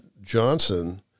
Johnson